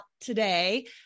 today